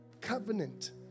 covenant